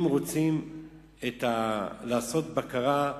אם רוצים לעשות בקרה,